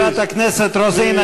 חברת הכנסת רוזין,